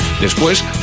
Después